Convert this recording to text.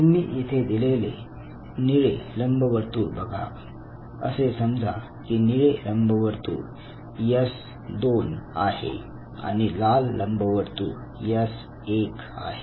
तुम्ही येथे दिलेले निळे लंबवर्तुळ बघा असे समजा की निळे लंबवर्तुळ एस 2 आहे आणि लाल लंबवर्तुळ एस 1 आहे